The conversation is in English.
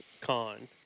con